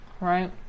Right